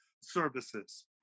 services